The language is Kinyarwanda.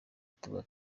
tuba